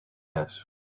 ash